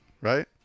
right